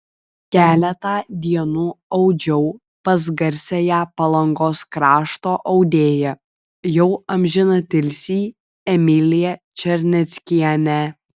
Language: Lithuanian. keletą dienų audžiau pas garsiąją palangos krašto audėją jau amžinatilsį emiliją černeckienę